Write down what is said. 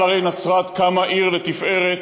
על הרי נצרת קמה עיר לתפארת,